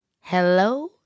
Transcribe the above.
Hello